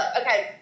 okay